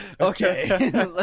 okay